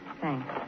Thanks